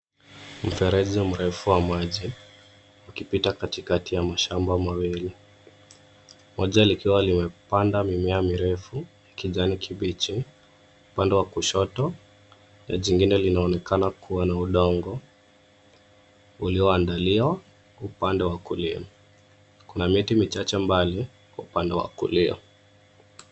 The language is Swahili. Mfereji mrefu wa maji, ukipita katikati ya mashamba mawili, moja likiwa limepanda mimea mirefu ya kijani kibichi upande wa kushoto na jingine linaonekana kuwa na udongo ulioandaliwa upande wa kulia. Kuna miti michache mbali upande wa kulia.